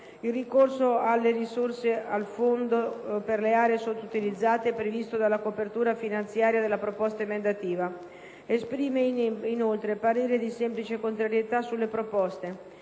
il ricorso alle risorse al Fondo per le aree sottoutilizzate previsto dalla copertura finanziaria della proposta emendativa. Esprime inoltre parere di semplice contrarietà sulle proposte